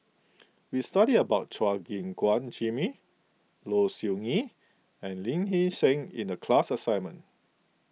we studied about Chua Gim Guan Jimmy Low Siew Nghee and Lee Hee Seng in the class assignment